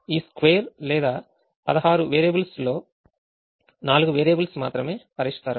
ఈ square లేదా 16 variables లో నాలుగు వేరియబుల్స్ మాత్రమే పరిష్కారం